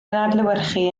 adlewyrchu